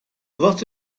lot